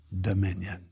dominion